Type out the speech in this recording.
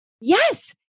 Yes